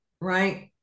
right